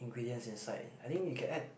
ingredients inside I think you can add